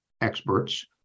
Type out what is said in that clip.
experts